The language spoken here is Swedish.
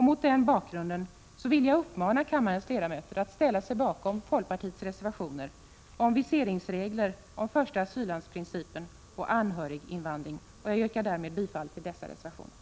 Mot den bakgrunden vill jag uppmana kammarens ledamöter att ställa sig bakom folkpartiets reservationer om viseringsregler, första asyllandsprincipen och anhöriginvandring. Jag yrkar därmed bifall till dessa reservationer.